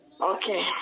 Okay